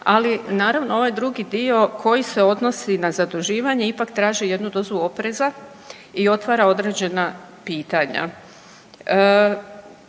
ali naravno, ovaj drugi dio koji se odnosi na zaduživanje, ipak traži jednu dozu opreza i otvara određena pitanja.